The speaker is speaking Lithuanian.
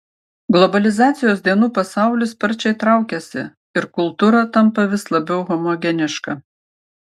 globalizacijos dienų pasaulis sparčiai traukiasi ir kultūra tampa vis labiau homogeniška